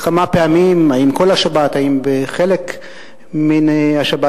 בכמה פעמים, האם כל השבת, האם בחלק מן השבת.